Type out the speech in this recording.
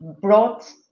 brought